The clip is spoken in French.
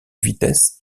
vitesse